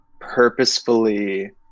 purposefully